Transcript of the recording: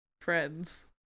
friends